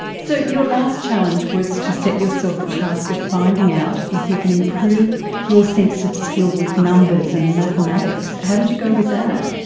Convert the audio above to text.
so your last challenge was to set yourself the task of finding out if you can improve your sense of skill with numbers and mathematics. how did you go with that?